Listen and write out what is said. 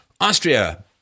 Austria